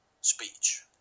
speech